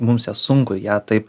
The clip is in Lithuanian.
mums sunku ją taip